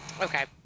Okay